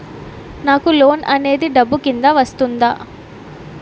నాకు లోన్ అనేది డబ్బు కిందా వస్తుందా?